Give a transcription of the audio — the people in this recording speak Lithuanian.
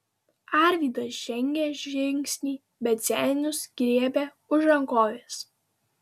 arvydas žengė žingsnį bet zenius griebė už rankovės